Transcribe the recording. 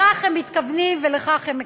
לכך הם מתכוונים ולכך הם מכוונים.